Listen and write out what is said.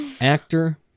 actor